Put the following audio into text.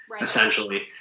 essentially